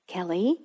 Kelly